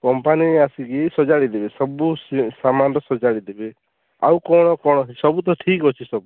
company ଆସିକି ସଜାଡ଼ି ଦେବେ ସବୁ ସାମାନର ସଜାଡ଼ି ଦେବେ ଆଉ କ'ଣ କ'ଣ ସବୁ ତ ଠିକ ଅଛି ସବୁ